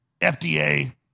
FDA